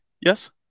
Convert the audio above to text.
Yes